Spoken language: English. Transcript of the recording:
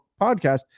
podcast